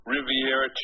Riviera